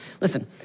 Listen